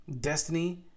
Destiny